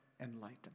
enlighten